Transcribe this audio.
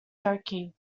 turkey